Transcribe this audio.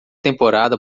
temporada